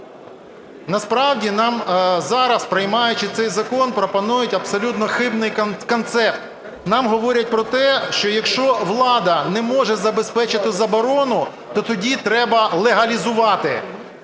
Насправді нам зараз, приймаючи цей закон, пропонують абсолютно хибний концепт, нам говорять про те, що якщо влада не може забезпечити заборону, то тоді треба легалізувати